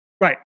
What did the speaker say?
Right